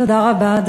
תודה רבה.